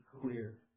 clear